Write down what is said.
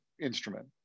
instrument